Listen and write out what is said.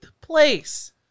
place